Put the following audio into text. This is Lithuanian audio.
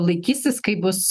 laikysis kaip bus